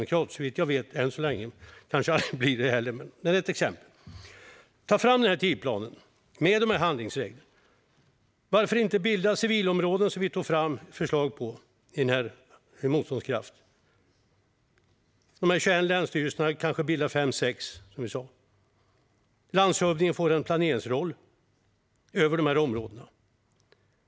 Men det är ett exempel på när man tar chefer som är allmänt duktiga. Vi behöver ta fram tidsplanen med handlingsreglerna. Varför inte bilda civilområden, vilket vi tog fram förslag på i Motståndskraft ? De 21 länsstyrelserna kanske bildar fem sex civilområden, som vi sa. Landshövdingen får en planeringsroll över de här områdena.